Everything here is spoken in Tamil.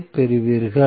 ஐ பெறுவீர்கள்